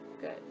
Good